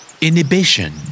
Inhibition